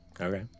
Okay